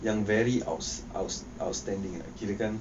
yang very outs outs outstanding kira kan